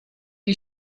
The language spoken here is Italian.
gli